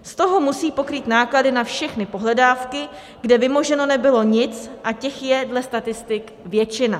Z toho musí pokrýt náklady na všechny pohledávky, kde vymoženo nebylo nic, a těch je dle statistik většina.